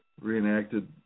reenacted